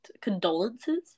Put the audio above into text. Condolences